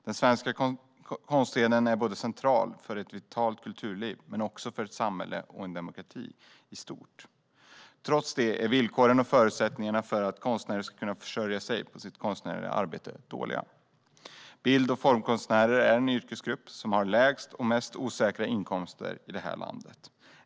Den svenska konstscenen är central för ett vitalt kulturliv men också för samhället och demokratin i stort. Trots det är villkoren och förutsättningarna för konstnärer att försörja sig på sitt konstnärliga arbete dåliga. Bild och formkonstnärer är den yrkesgrupp som har de lägsta och mest osäkra inkomsterna i det här landet.